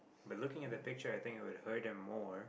by looking at the picture I think you would hurt them more